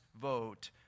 vote